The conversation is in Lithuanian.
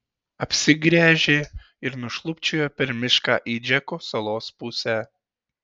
apsigręžė ir nušlubčiojo per mišką į džeko salos pusę